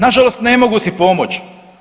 Na žalost ne mogu si pomoći.